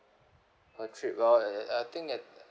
a trip well I I think at